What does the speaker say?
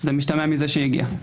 זה משתמע מזה שהיא הגיעה.